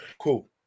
Cool